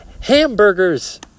hamburgers